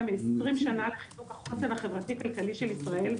מ-20 שנה לחיזוק החוסן החברתי-כלכלי של ישראל,